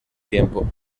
tiempo